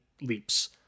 leaps